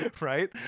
right